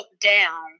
down